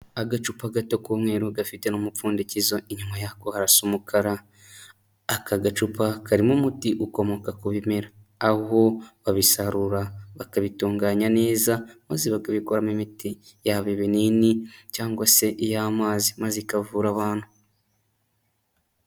Agacupa gato k'umweru gafite n'umupfundikizo, inyuma yako harasa umukara. Aka gacupa karimo umuti ukomoka ku bimera, aho babisarura bakabitunganya neza maze bakabikuramo imiti, yaba ibinini cyangwa se iy'amazi maze ikavura abantu.